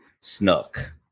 snook